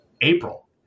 April